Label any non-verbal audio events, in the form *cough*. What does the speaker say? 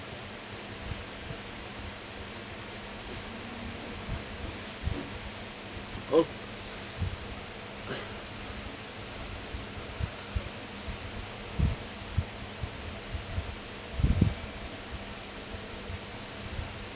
*breath* oh *breath*